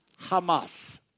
Hamas